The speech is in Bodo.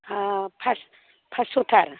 हाब पास पास्स'थार